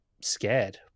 scared